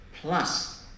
plus